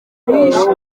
nyinshi